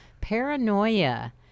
Paranoia